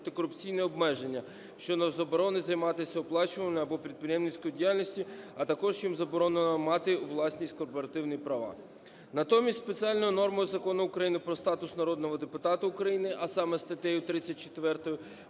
антикорупційні обмеження щодо заборони займатися оплачуваною або підприємницькою діяльністю, а також щодо заборони мати у власності корпоративні права. Натомість спеціальною нормою Закону України "Про статус народного депутата України", а саме: статтею 34,